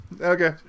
Okay